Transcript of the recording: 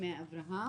בהסכמי אברהם.